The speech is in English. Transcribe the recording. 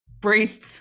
breathe